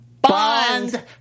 Bond